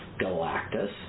Galactus